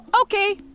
Okay